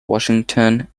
washington